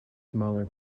smaller